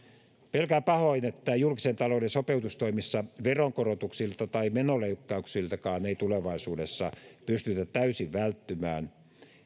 pelkään pahoin että julkisen talouden sopeutustoimissa veronkorotuksilta tai menoleikkauksiltakaan ei tulevaisuudessa pystytä täysin välttymään